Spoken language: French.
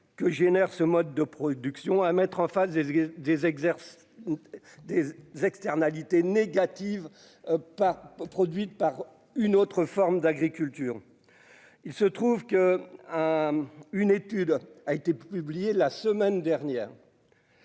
que génère ce mode de production à mettre en face des exerce des externalités négatives pas produite par une autre forme d'agriculture, il se trouve qu'à une étude a été publiée la semaine dernière.